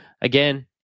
Again